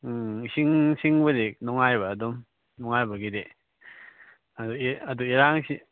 ꯎꯝ ꯏꯁꯤꯡ ꯅꯨꯡꯁꯤꯡꯕꯨꯗꯤ ꯅꯨꯡꯉꯥꯏꯕ ꯑꯗꯨꯝ ꯅꯨꯡꯉꯥꯏꯕꯒꯤꯗꯤ ꯑꯗꯒꯤ ꯑꯗꯨ ꯏꯔꯥꯡꯁꯤ